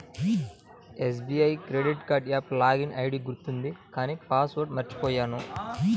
SBI credit card app login ID గుర్తుంది కానీ password మర్చిపొయ్యాను